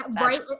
right